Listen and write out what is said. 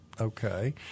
Okay